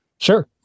Sure